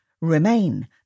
Remain